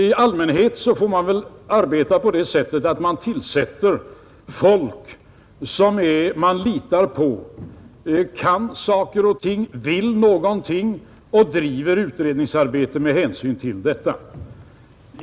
I allmänhet får man väl arbeta på det sättet att man tillsätter sådant folk att man litar på att de kan saker och ting, vill någonting och driver utredningsarbetet med hänsyn till detta.